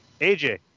aj